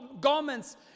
garments